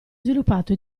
sviluppato